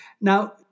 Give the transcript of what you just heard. Now